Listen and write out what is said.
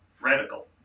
Radical